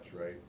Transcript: right